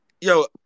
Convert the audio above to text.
Yo